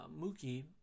Mookie